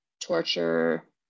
torture